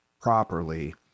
properly